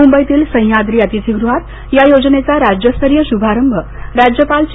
मुंबईतील सह्याद्री अतिथीगृहात या योजनेचा राज्यस्तरीय शुभारंभ राज्यपाल चे